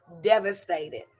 devastated